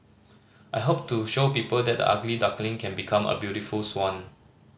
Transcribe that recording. I hope to show people that the ugly duckling can become a beautiful swan